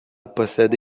possède